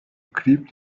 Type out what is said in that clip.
clip